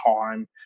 time